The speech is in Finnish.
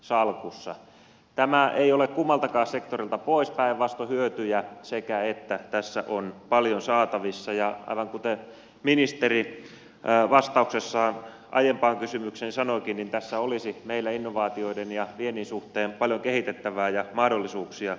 tämä ei ole kummaltakaan sektorilta pois päinvastoin hyötyjä sekä että tässä on paljon saatavissa ja aivan kuten ministeri vastauksessaan aiempaan kysymykseen sanoikin niin tässä olisi meillä innovaatioiden ja viennin suhteen paljon kehitettävää ja mahdollisuuksia lisää